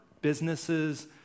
businesses